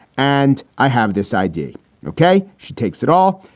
and i have this idea. ok. she takes it all.